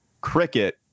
cricket